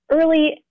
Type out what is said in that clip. early